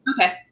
Okay